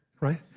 Right